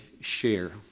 share